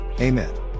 Amen